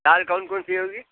दाल कौन कौन सी होगी